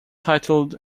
titled